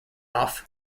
off